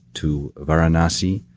to varanasi,